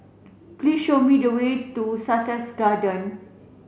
please show me the way to Sussex Garden